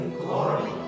Glory